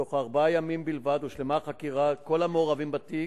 תוך ארבעה ימים בלבד הושלמה חקירת כל המעורבים בתיק.